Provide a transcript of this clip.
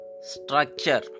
Structure